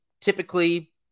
typically –